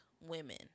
women